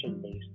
based